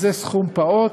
זה סכום פעוט,